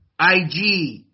IG